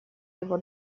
его